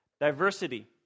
diversity